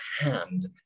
hand